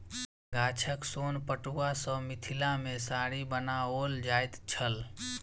गाछक सोन पटुआ सॅ मिथिला मे साड़ी बनाओल जाइत छल